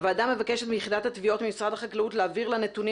הוועדה מבקשת מיחידת התביעות במשרד החקלאות להעביר לה נתונים